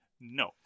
no